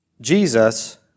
Jesus